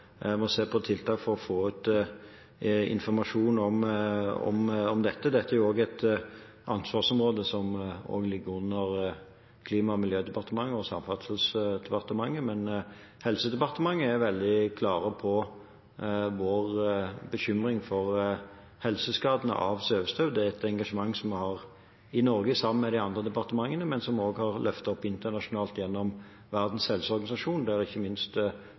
må se på tiltak for å få ut informasjon om dette. Dette er et ansvarsområde som også ligger under Klima- og miljødepartementet og Samferdselsdepartementet, men Helsedepartementet er veldig klare på vår bekymring for helseskadene av svevestøv. Det er et engasjement som vi har i Norge sammen med de andre departementene, men som vi også har løftet opp internasjonalt, gjennom Verdens helseorganisasjon, der ikke minst